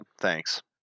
thanks